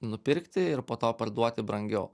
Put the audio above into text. nupirkti ir po to parduoti brangiau